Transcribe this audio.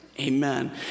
Amen